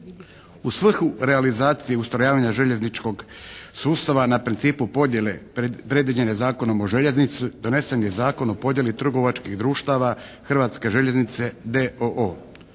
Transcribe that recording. U svrhu realizacije ustrojavanja željezničkog sustava na principu podjele predviđene Zakonom o željeznici donesen je Zakon o podjeli trgovačkih društava Hrvatske željeznice